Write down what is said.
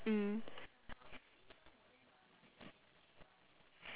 mm